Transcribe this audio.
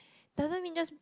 doesn't mean just